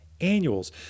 annuals